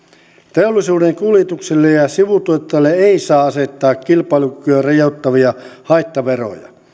teollisuuden kuljetuksille ja sivutuotteille ei saa asettaa kilpailukykyä rajoittavia haittaveroja